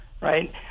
Right